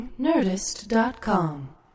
Nerdist.com